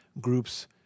groups